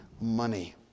money